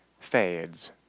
fades